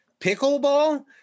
Pickleball